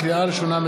לקריאה ראשונה,